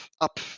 up